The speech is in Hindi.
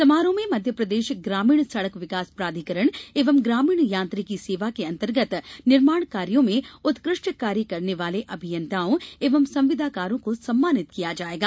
समारोह में मध्यप्रदेश ग्रामीण सड़क विकास प्राधिकरण एवं ग्रामीण यांत्रिकी सेवा के अन्तर्गत निर्माण कार्यों में उत्कृष्ट कार्य करने वाले अभियंताओं एवं संविदाकारों को सम्मानित किया जायेगा